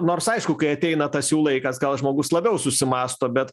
nors aišku kai ateina tas jų laikas gal žmogus labiau susimąsto bet